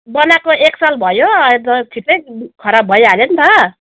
बनाएको एक साल भयो अब छिटै खराब भइहाल्यो नि त